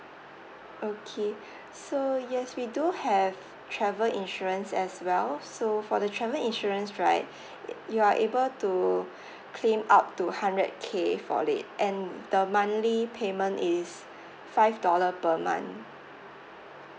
okay so yes we do have travel insurance as well so for the travel insurance right you are able to claim up to hundred K for it and the monthly payment is five dollar per month